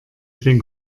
den